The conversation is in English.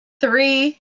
Three